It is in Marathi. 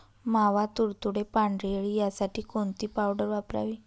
मावा, तुडतुडे, पांढरी अळी यासाठी कोणती पावडर वापरावी?